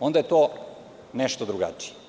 onda je to nešto drugačije.